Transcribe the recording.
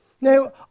Now